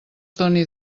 doni